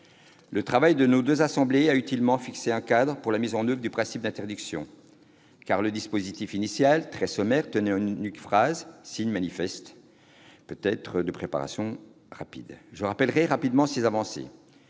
Le travail de nos deux assemblées a utilement fixé un cadre pour la mise en oeuvre du principe d'interdiction, car le dispositif initial, très sommaire, tenait en une phrase, signe manifeste d'une préparation trop rapide. Je rappellerai brièvement ces avancées.